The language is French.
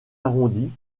arrondie